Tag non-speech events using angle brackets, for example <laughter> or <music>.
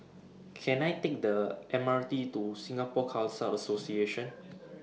Can I Take The M R T to Singapore Khalsa Association <noise>